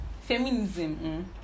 feminism